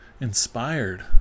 inspired